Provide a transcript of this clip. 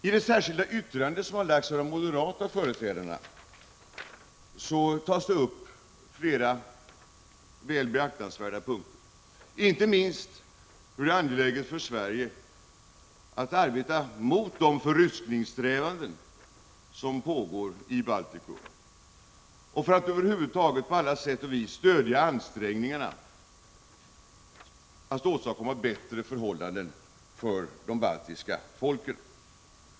I det särskilda yttrande som fogats till utskottsbetänkandet av de moderata företrädarna tas upp flera väl beaktansvärda punkter. Inte minst vore det angeläget för Sverige att arbeta mot de förryskningssträvanden som pågår i Balticum och att på olika sätt stödja ansträngningarna att åstadkomma bättre förhållanden för de baltiska folken.